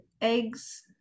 eggs